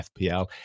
FPL